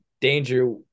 danger